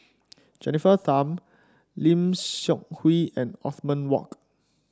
Jennifer Tham Lim Seok Hui and Othman Wok